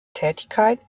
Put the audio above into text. tätigkeit